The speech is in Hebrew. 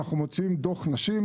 אנחנו מוציאים דוח נשים